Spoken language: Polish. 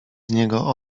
niego